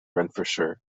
renfrewshire